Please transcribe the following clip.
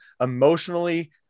emotionally